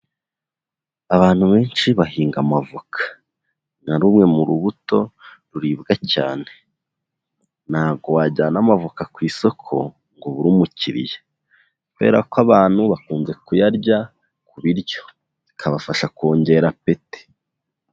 Abantu benshi bahinga amavoka nka rumwe mu rubuto ruribwa cyane, ntabwo wajyana amavoka ku isoko ngo buri umukiriya, kubera ko abantu bakunze kuyarya ku biryo bikabafasha kongera apeti.